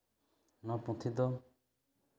ᱱᱚᱣᱟ ᱯᱩᱛᱷᱤ ᱫᱚ